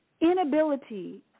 inability